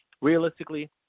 realistically